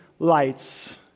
lights